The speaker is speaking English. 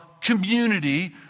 community